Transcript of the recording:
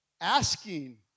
asking